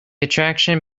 attraction